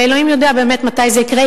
ואלוהים יודע באמת מתי זה יקרה,